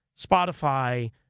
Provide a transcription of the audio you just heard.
Spotify